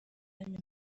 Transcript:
nyuma